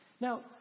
Now